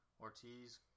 ortiz